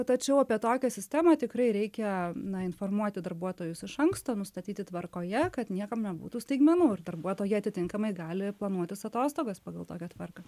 tačiau apie tokią sistemą tikrai reikia na informuoti darbuotojus iš anksto nustatyti tvarkoje kad niekam nebūtų staigmenų ir darbuotojai atitinkamai gali planuotis atostogas pagal tokią tvarką